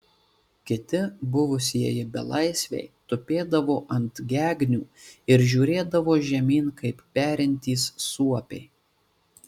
kiti buvusieji belaisviai tupėdavo ant gegnių ir žiūrėdavo žemyn kaip perintys suopiai